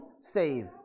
save